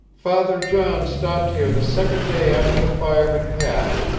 father john stopped here the second day after the fire had passed,